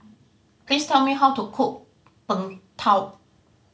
please tell me how to cook Png Tao